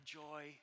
joy